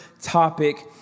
topic